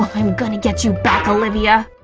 i'm going to get you back, olivia!